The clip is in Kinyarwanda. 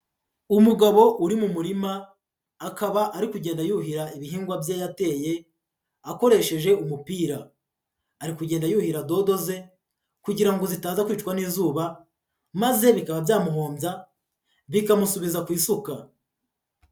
Umugabo uri mu murima akaba ari kugenda yuhira ibihingwa bye yateye akoresheje umupira, ari kugenda yuhira dodo ze kugira ngo zitaka kwicwa n'izuba maze bikaba byamuhombya bikamusubiza ku isuka.